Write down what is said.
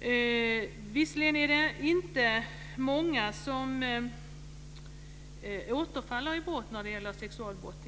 Det är visserligen inte många som återfaller i sexualbrott,